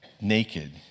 naked